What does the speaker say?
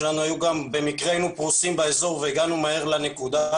במקרה היינו פרוסים באזור והגענו מהר לנקודה.